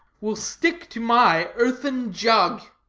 will stick to my earthen jug.